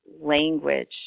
language